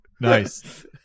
Nice